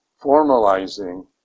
formalizing